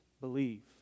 believe